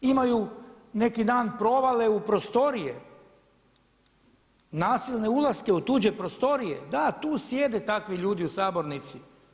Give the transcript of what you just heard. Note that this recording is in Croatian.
Imaju neki dan provale u prostorije, nasilne ulaske u tuđe prostorije, da tu sjede takvi ljudi u sabornici.